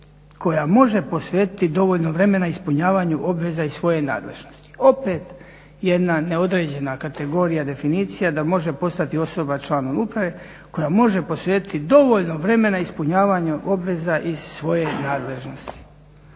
koja može posvetiti dovoljno vremena ispunjavanju obveza iz svoje nadležnosti. Opet jedna neodređena kategorija definicija da može postojati osoba članom uprave koja može posvetiti dovoljno vremena ispunjavanju obveza iz svoje nadležnosti.